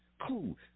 cool